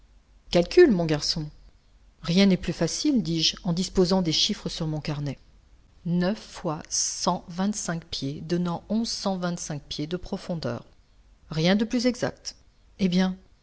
calcule mon garçon rien n'est plus facile dis-je en disposant des chiffres sur mon carnet neuf fois cent vingt-cinq pieds donnant onze cent vingt-cinq pieds de profondeur rien de plus exact eh bien